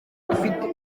ufite